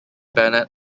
bennett